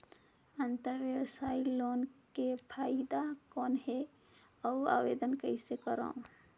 अंतरव्यवसायी लोन के फाइदा कौन हे? अउ आवेदन कइसे करव?